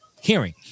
hearing